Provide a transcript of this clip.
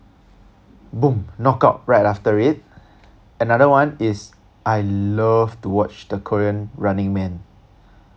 boom knock out right after it another one is I love to watch the korean running man